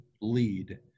lead